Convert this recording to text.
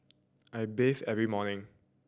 I bathe every morning